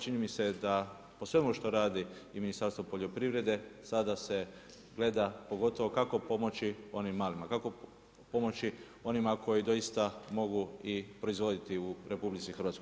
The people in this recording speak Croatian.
Čini mi se da po svemu što radi i Ministarstvo poljoprivrede sada se gleda pogotovo kako pomoći onim malima, kako pomoći onima koji doista mogu i proizvoditi u RH.